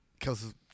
Cause